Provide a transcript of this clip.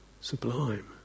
sublime